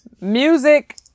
music